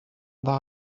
dda